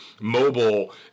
mobile